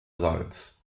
salz